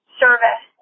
service